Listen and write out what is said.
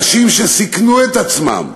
אנשים שסיכנו את עצמם